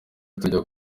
turya